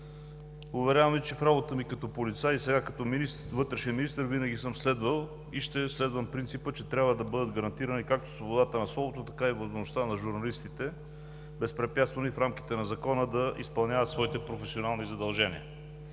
Уверявам Ви, че в работата ми като полицай, и сега като вътрешен министър, винаги съм следвал и ще следвам принципа, че трябва да бъдат гарантирани както свободата на словото, така и възможността на журналистите безпрепятствено и в рамките на закона да изпълняват своите професионални задължения.